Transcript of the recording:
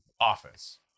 Office